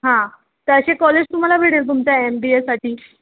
हां तर असे कॉलेज तुम्हाला भेटेल तुमच्या एम बी एसाठी